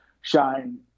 shine